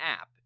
app